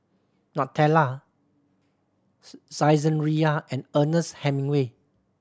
Nutella Saizeriya and Ernest Hemingway